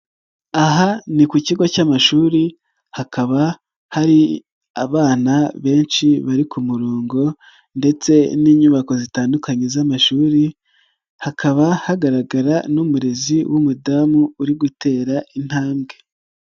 Aha ni ku kigo cy'amashuri, hakaba hari abana benshi bari ku murongo ndetse n'inyubako zitandukanye z'amashuri, hakaba hagaragara n'umurezi w'umudamu uri gutera intambwe.